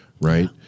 Right